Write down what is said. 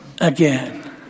again